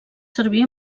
servir